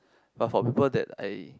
but for people that I